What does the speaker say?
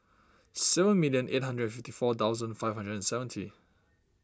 seven million eight hundred fifty four thousand five hundred and seventy